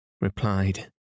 replied